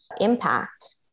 impact